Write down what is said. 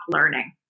learning